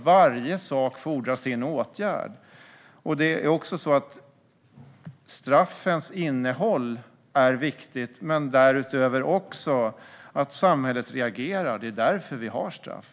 Varje sak fordrar nämligen sin åtgärd. Straffens innehåll är viktigt. Men därutöver är det viktigt att samhället reagerar. Det är därför som vi har straff.